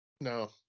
No